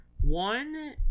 One